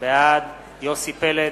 בעד יוסי פלד,